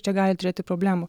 čia gali turėti problemų